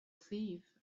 thief